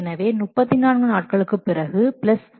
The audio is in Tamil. எனவே 34 நாட்களுக்குப் பிறகு பிளஸ் 20